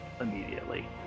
immediately